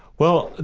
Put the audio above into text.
well, and